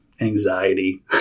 anxiety